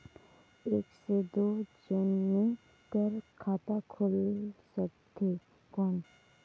एक से दो जने कर खाता खुल सकथे कौन?